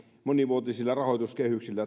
monivuotisilla rahoituskehyksillä